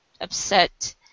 upset